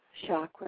chakra